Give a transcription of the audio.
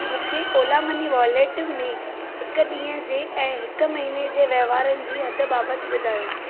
मूंखे Ola money वॉलेटु में हिकु ॾींहुं जे ऐं हिकु महिने जे वहिंवारनि जी हद बाबति ॿुधायो